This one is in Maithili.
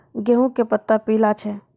गेहूँ के पत्ता पीला छै?